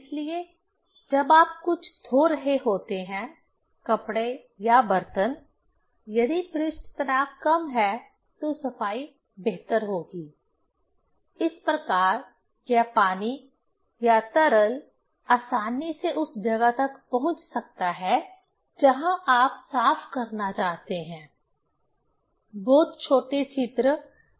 इसलिए जब आप कुछ धो रहे होते हैं कपड़े या बर्तन यदि पृष्ठ तनाव कम है तो सफाई बेहतर होगी इस प्रकार यह पानी या तरल आसानी से उस जगह तक पहुंच सकता है जहां आप साफ करना चाहते हैं बहुत छोटे छिद्र वगैरह सही